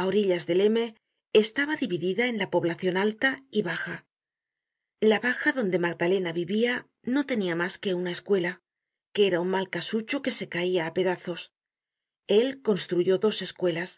á orillas del m estaba dividida en la poblacion alta y baja la baja donde magdalena vivia no tenia mas que una escuela que era un mal casucho que se caia á pedazos él construyó dos escuelas